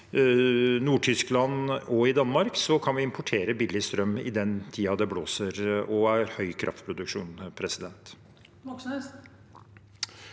i Nord-Tyskland og i Danmark, kan vi importere billig strøm i den tiden det blåser og det er høy kraftproduksjon. Bjørnar